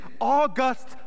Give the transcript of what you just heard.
august